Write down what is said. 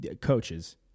Coaches